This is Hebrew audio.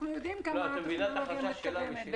אנחנו יודעים עד כמה הטכנולוגיה מתקדמת.